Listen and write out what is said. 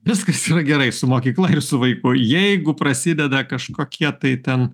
viskas yra gerai su mokykla ir su vaiku jeigu prasideda kažkokie tai ten